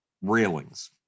Railings